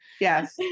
Yes